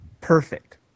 Perfect